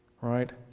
Right